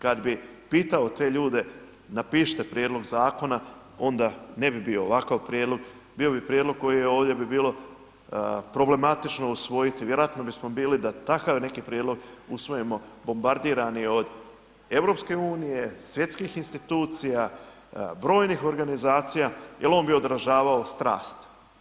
Kad bi pitao te ljude napišite prijedlog zakona onda ne bi bio ovakav prijedlog, bio bi prijedlog koji je ovdje bi bilo problematično usvojiti vjerojatno bismo bili da takav neki prijedlog usvojimo bombardirani od EU, svjetskih institucija, brojnih organizacija jer on bi odražavao strast.